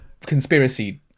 conspiracy